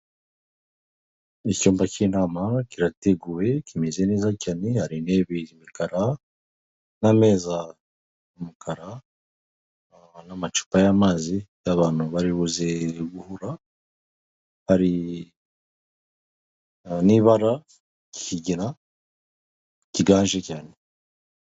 Icyumba cy'inama kirateguwe kimeze neza cyane hari intebe y'imikara n'ameza umukara n'amacupa y'amazi y'abantu bari buziye guhura bari n'ibara ikigina kigaje cyane.